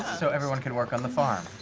so everyone can work on the farms.